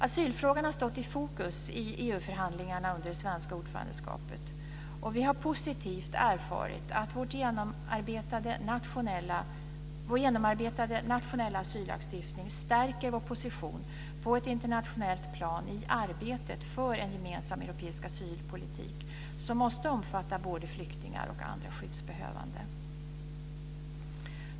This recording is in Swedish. Asylfrågan har stått i fokus i EU-förhandlingarna under det svenska ordförandeskapet. Vi har positivt erfarit att vår genomarbetade nationella asyllagstiftning stärker vår position på ett internationellt plan i arbetet för en gemensam europeisk asylpolitik som måste omfatta både flyktingar och andra skyddsbehövande.